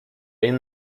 این